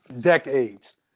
decades